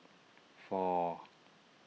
four